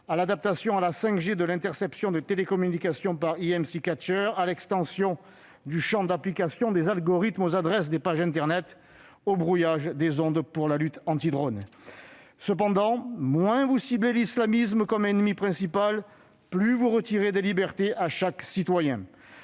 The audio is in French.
à l'adaptation à la 5G de l'interception de télécommunications par, à l'extension du champ d'application des algorithmes aux adresses des pages internet et au brouillage des ondes pour la lutte anti-drones. Cependant, moins vous ciblez l'islamisme comme ennemi principal, plus vous retirez de libertés à chaque citoyen.